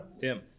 Tim